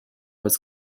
was